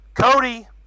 Cody